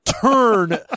turn